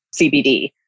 CBD